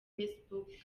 facebook